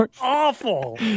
Awful